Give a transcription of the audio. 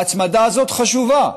ההצמדה הזאת חשובה,